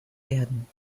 werden